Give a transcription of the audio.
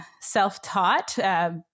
self-taught